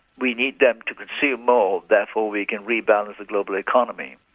we need them to consume more therefore we can rebalance the global economy'.